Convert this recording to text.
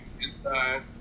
inside